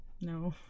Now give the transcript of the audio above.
no